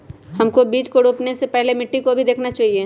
हमको बीज को रोपने से पहले मिट्टी को भी देखना चाहिए?